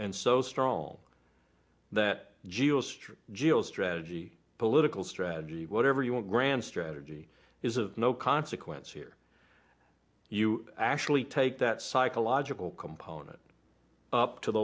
and so strong that geo street geo strategy political strategy whatever you want grand strategy is of no consequence here you actually take that psychological component up to the